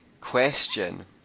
question